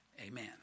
Amen